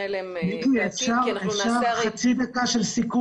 אפשר לומר משהו